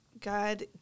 God